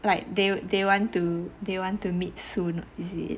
like they they want to they want to meet soon is it